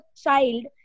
child